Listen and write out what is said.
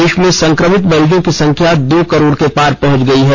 देश में सक्रमित मरीजों की संख्या दो करोड़ के पार पहुंच गई है